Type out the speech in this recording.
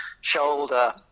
shoulder